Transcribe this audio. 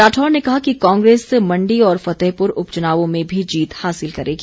राठौर ने कहा कि कांग्रेस मण्डी और फतेहपुर उपचुनावों में भी जीत हासिल करेगी